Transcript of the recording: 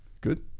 good